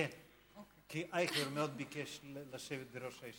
יום לא קל בכנסת,